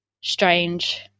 strange